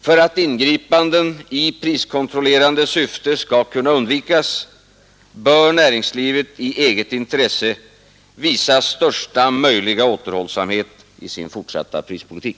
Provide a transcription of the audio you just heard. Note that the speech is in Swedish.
För att ingripanden i priskontrollerande syfte skall kunna undvikas, bör näringslivet i eget intresse visa största möjliga återhållsamhet i sin fortsatta prispolitik.